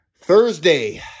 Thursday